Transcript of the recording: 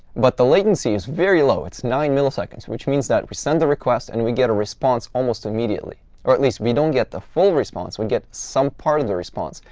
but the latency is very low. it's nine milliseconds, which means that we send the request, and we get a response almost immediately. or at least we don't get the full response. we get some part of the response.